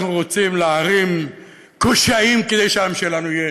אנחנו רוצים להערים קשיים כדי שהעם שלנו יהיה